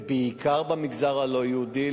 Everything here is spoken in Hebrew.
ובעיקר במגזר הלא-יהודי,